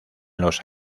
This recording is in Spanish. los